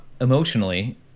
emotionally